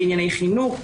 בענייני חינוך,